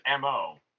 mo